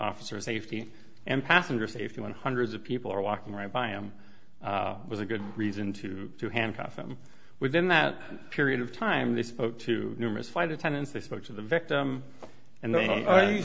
officer safety and passenger safety when hundreds of people are walking right by him was a good reason to handcuff him within that period of time they spoke to numerous flight attendants they spoke to the victim and they